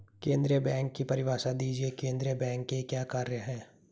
केंद्रीय बैंक की परिभाषा दीजिए केंद्रीय बैंक के क्या कार्य हैं?